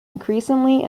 increasingly